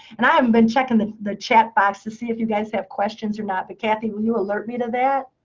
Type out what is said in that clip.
and i haven't been checking the the chat box to see if you guys have questions or not, but cathy, will you alert me to that?